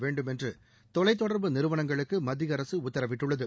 வேண்டும் என்று தொலைத்தொடர்பு நிறுவனங்களுக்கு மத்திய அரசு உத்தரவிட்டுள்ளது